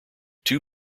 two